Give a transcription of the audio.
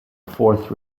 fourth